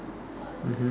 mmhmm